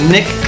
Nick